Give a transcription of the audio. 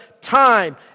time